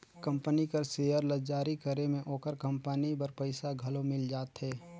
company कर share ल जारी करे में ओकर कंपनी बर पइसा घलो मिल जाथे